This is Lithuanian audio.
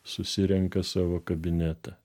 susirenka savo kabinetą